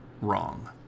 wrong